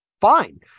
fine